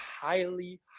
highly